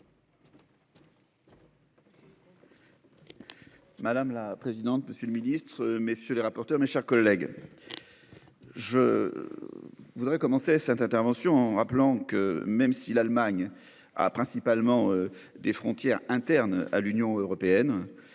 Madame la présidente, monsieur le ministre, messieurs les rapporteurs, mes chers collègues. Je. Voudrais commencer cette intervention en rappelant que même si l'Allemagne a principalement des frontières internes à l'Union européenne.